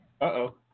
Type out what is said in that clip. Uh-oh